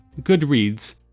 Goodreads